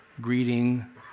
greeting